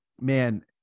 man